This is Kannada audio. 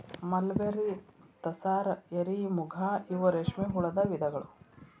ಮಲಬೆರ್ರಿ, ತಸಾರ, ಎರಿ, ಮುಗಾ ಇವ ರೇಶ್ಮೆ ಹುಳದ ವಿಧಗಳು